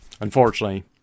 unfortunately